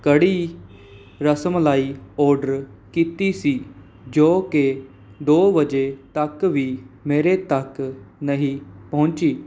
ਕੜ੍ਹੀ ras malai order ਕੀਤੀ ਸੀ ਜੋ ਕਿ ਦੋ ਵਜੇ ਤੱਕ ਵੀ ਮੇਰੇ ਤੱਕ ਨਹੀਂ ਪੁਹੰਚੀ